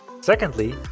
Secondly